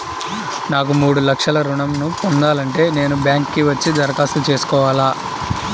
నాకు మూడు లక్షలు ఋణం ను పొందాలంటే నేను బ్యాంక్కి వచ్చి దరఖాస్తు చేసుకోవాలా?